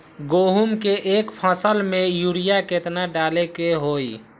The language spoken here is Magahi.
गेंहू के एक फसल में यूरिया केतना डाले के होई?